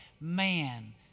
man